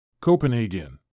copenhagen